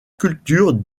culture